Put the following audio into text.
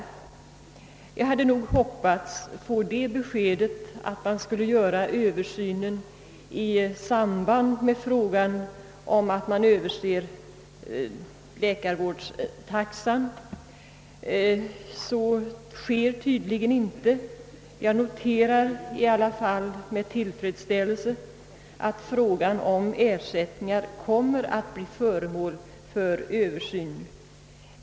Jag hade hoppats på det beskedet att man skulle göra översynen i samband med att man överser läkarvårdstaxan, men så sker tydligen inte. Jag noterar i alla fall med tillfredsställelse att frågan om ersättningar kommer att bli föremål för granskning.